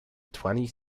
twentieth